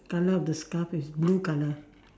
colour of the scarf is blue colour